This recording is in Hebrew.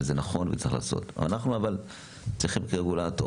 נכון וצריך לעשות את זה אבל אנחנו צריכים רגולטור.